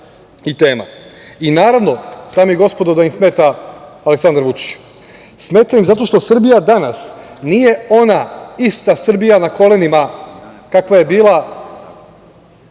tema. Naravno, dame i gospodo, da im smeta Aleksandar Vučić, smeta im zato što Srbija danas nije ona ista Srbija na kolenima kakva je bila,